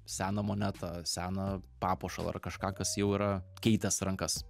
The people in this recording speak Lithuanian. seną monetą seną papuošalą ar kažką kas jau yra keitęs rankas